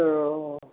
तो